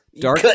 dark